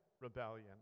rebellion